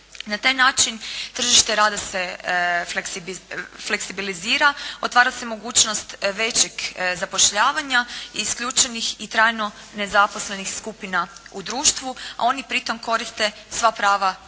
Na taj način tržište rada se fleksibilizira, otvara se mogućnost većeg zapošljavanja, isključenih i trajno nezaposlenih skupina u društvu, a oni pri tom koriste sva prava iz